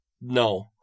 No